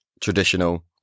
traditional